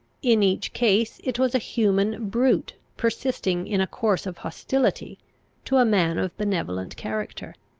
in each case it was a human brute persisting in a course of hostility to a man of benevolent character,